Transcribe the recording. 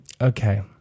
okay